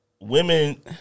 women